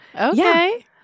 Okay